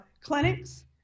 clinics